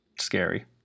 Scary